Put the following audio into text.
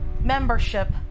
membership